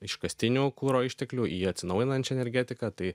iškastinių kuro išteklių į atsinaujinančią energetiką tai